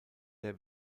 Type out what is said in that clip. der